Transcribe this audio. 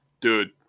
dude